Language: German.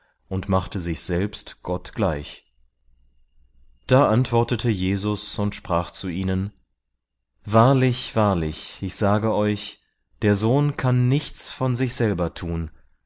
und machte sich selbst gott gleich da antwortete jesus und sprach zu ihnen wahrlich wahrlich ich sage euch der sohn kann nichts von sich selber tun